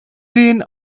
den